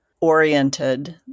oriented